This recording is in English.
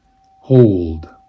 Hold